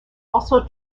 also